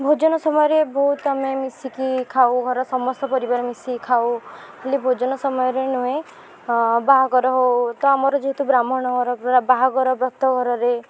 ଭୋଜନ ସମୟରେ ବହୁତ ଆମେ ମିଶିକି ଖାଉ ଘରର ସମସ୍ତ ପରିବାର ମିଶିକି ଖାଉ ଖାଲି ଭୋଜନ ସମୟରେ ନୁହେଁ ବାହାଘର ହେଉ ତ ଆମର ଯେହେତୁ ବ୍ରାହ୍ମଣ ଘର ପୁରା ବାହାଘର ବ୍ରତଘରରେ